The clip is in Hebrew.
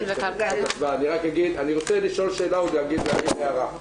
אני רוצה לשאול שאלה ולהעיר הערה,